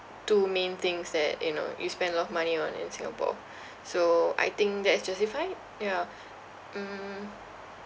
two main things that you know you spend a lot of money on in singapore so I think that's justified yeah um